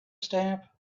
stamp